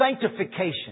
sanctification